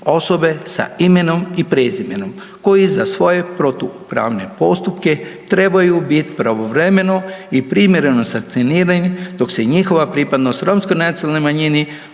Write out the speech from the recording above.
osobe sa imenom i prezimenom koji za svoje protupravne postupke trebaju biti pravovremeno i privremeno sankcionirani dok se njihova pripadnost Romskoj nacionalnoj manjini